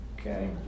okay